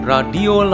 Radio